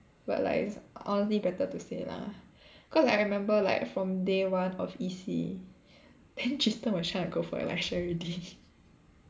but like is honestly better to say lah cause like I remember like from day one of E_C then Tristen was trying to go for Elisha already